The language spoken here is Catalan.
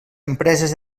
empreses